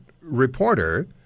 reporter